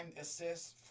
assists